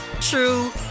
true